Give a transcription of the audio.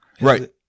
right